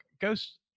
Ghost